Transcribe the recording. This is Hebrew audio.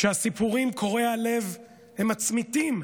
הסיפורים קורעי הלב הם מצמיתים.